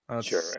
Sure